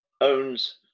owns